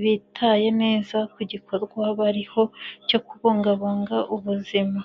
bitaye neza ku gikorwa bariho cyo kubungabunga ubuzima.